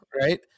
Right